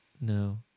No